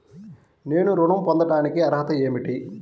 నేను ఋణం పొందటానికి అర్హత ఏమిటి?